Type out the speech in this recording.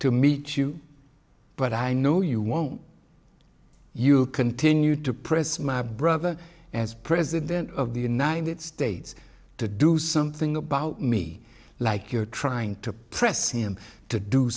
to meet you but i know you won't you continue to press my brother as president of the united states to do something about me like you're trying to press him to do